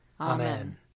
Amen